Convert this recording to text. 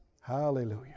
Hallelujah